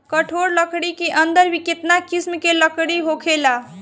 कठोर लकड़ी के अंदर भी केतना किसिम के लकड़ी होखेला